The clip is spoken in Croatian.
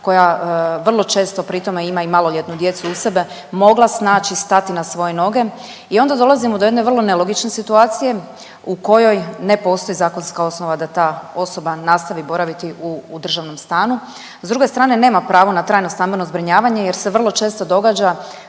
koja vrlo često pritome ima i maloljetnu djecu uz sebe mogla snaći, stati na svoje noge i onda dolazimo do jedne vrlo nelogične situacije u kojoj ne postoji zakonska osnova da ta osoba nastavi boraviti u državnom stanu. S druge stane nema pravo na trajno stambeno zbrinjavanje jer se vrlo često događa